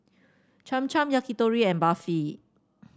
Cham Cham Yakitori and Barfi